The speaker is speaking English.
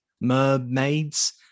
mermaids